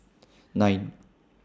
nine